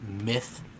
myth